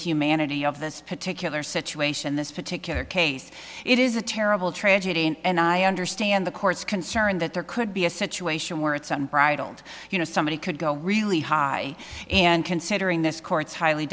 humanity of this particular situation this particular case it is a terrible tragedy and i understand the court's concern that there could be a situation where it's unbridled you know somebody could go really high and considering this court's highly